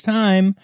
time